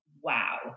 wow